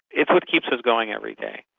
it's what keeps us going every day.